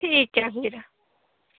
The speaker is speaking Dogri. ठीक ऐ फ्ही